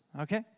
Okay